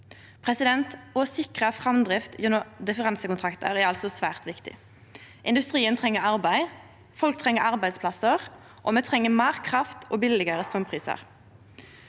Å sikre framdrift gjennom differansekontraktar er altså svært viktig. Industrien treng arbeid, folk treng arbeidsplassar, og me treng meir kraft og lågare straumprisar.